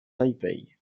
taipei